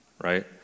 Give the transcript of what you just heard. right